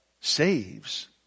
saves